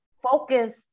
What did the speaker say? focus